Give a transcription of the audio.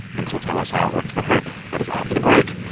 and she'll tell us how it worked for her. that is after the break.